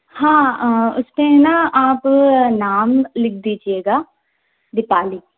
हाँ उस पर है ना आप नाम लिख दीजिएगा दीपाली